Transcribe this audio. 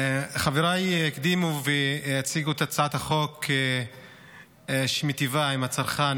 חבריי הקדימו והציגו את הצעת החוק שמיטיבה עם הצרכן,